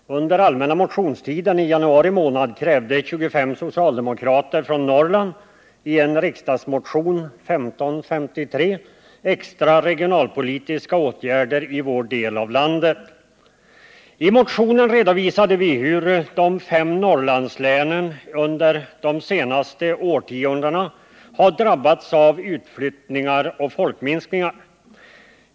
Herr talman! Under allmänna motionstiden i januari månad krävde 25 socialdemokrater från Norrland i en riksdagsmotion, nr 1553, extra regionalpolitiska åtgärder i vår del av landet. I motionen redovisade vi hur de fem Norrlandslänen under de senaste årtiondena har drabbats av utflyttningar och folkminskningar.